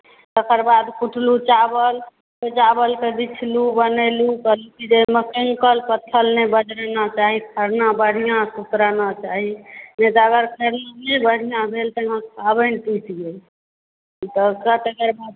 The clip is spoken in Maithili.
तकर बाद कुटलहुँ चावल ओहि चावलकेँ बिछलहुँ बनेलहुँ ओहिमे कङ्कर पत्थर नहि बजरना चाही खरना बढ़िआँ सुतराना चाही नहि तऽ अगर फेर ई नहि बढ़िआँ भेल तऽ ओहिमे पाबनि टूटि गेल तकर बाद